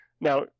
Now